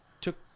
took